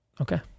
Okay